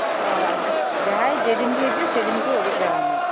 ᱚ ᱟᱪᱷᱟ ᱡᱟᱦᱟᱸᱭ ᱡᱮᱫᱤᱱ ᱜᱮᱭ ᱦᱤᱡᱩᱜ ᱥᱮᱫᱤᱱ ᱜᱮᱠᱩ ᱟᱹᱨᱩᱵ ᱫᱟᱨᱟᱢᱮᱭᱟ